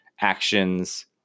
actions